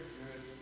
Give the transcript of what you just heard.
good